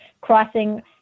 crossing